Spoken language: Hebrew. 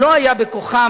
לא היה בכוחם,